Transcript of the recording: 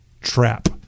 trap